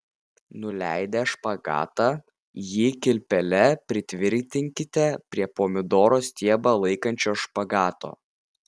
nuleidę špagatą jį kilpele pritvirtinkite prie pomidoro stiebą laikančio špagato